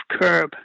curb